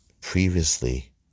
previously